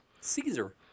Caesar